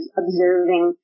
observing